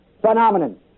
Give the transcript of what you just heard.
phenomenon